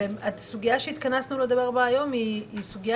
הסוגיה שהתכנסנו לדבר בה היום היא סוגיה